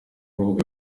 urubuga